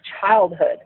childhood